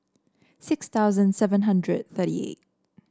six thousand seven hundred thirty eight